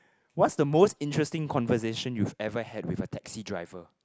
what's the most interesting conversation you've ever had with a taxi driver